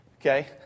Okay